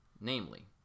Namely